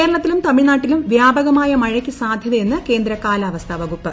കേരളത്തിലും തമിഴ്നാട്ടിലും വ്യാപകമായ മഴയ്ക്ക് സാധൃതയെന്ന് കേന്ദ്ര കാലാവസ്ഥാ വകുപ്പ്